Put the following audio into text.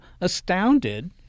astounded